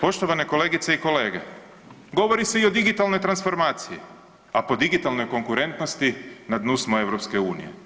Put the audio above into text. Poštovane kolegice i kolege, govori se i o digitalnoj transformaciji, a po digitalnoj konkurentnosti na dnu smo EU.